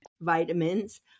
vitamins